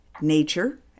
nature